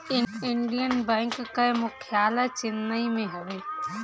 Indian bank कअ मुख्यालय चेन्नई में हवे